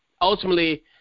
ultimately